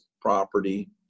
property